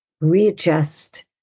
readjust